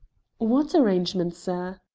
what arrangement, sir.